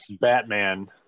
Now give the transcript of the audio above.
Batman